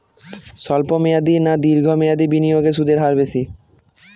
স্বল্প মেয়াদী না দীর্ঘ মেয়াদী বিনিয়োগে সুদের হার বেশী?